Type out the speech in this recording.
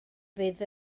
fydd